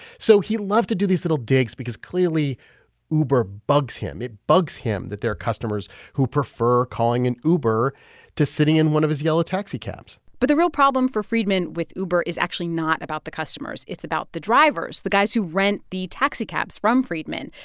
so he loved to do these little digs because clearly uber bugs him. it bugs him that there are customers who prefer calling an uber to sitting in one of his yellow taxicabs but the real problem for freidman with uber is actually not about the customers. it's about the drivers, the guys who rent the taxicabs from freidman.